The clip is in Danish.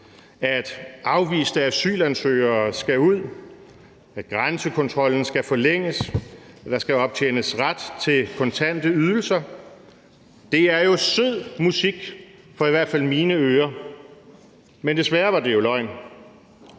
at afviste asylansøgere skal ud, at grænsekontrollen skal forlænges, og at der skal optjenes ret til kontante ydelser. Det er jo sød musik for i hvert fald mine ører, men desværre var det jo løgn,